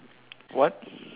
what